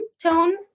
tone